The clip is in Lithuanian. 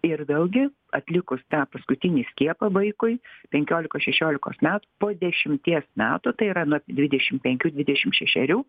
ir vėlgi atlikus tą paskutinį skiepą vaikui penkiolikos šešiolikos metų po dešimties metų tai yra nuo dvidešim penkių dvidešim šešerių